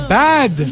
bad